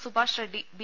Subhash Reddy B